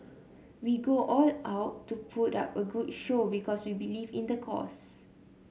we go all out to put up a good show because we believe in the cause